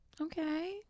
Okay